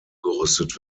umgerüstet